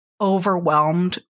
overwhelmed